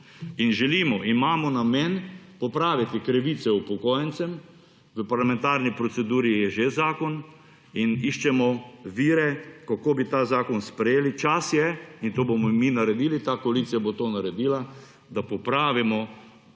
In želimo, imamo namen popraviti krivice upokojencem. V parlamentarni proceduri je že zakon in iščemo vire, kako bi ta zakon sprejeli. Čas je – in to bomo mi naredili, ta koalicija bo to naredila -, da popravimo